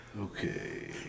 Okay